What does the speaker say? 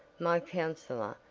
my counselor,